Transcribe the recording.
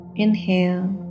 inhale